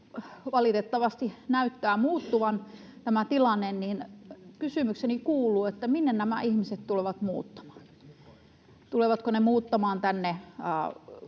valitettavasti näyttää muuttuvan, kysymykseni kuuluu: Minne nämä ihmiset tulevat muuttamaan? Tulevatko he muuttamaan tänne